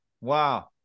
wow